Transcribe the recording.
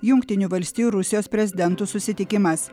jungtinių valstijų rusijos prezidentų susitikimas